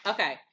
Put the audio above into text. Okay